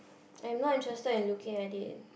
I'm not interested in looking at it